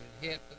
hit